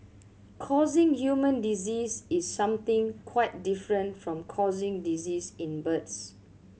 causing human disease is something quite different from causing disease in birds